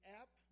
app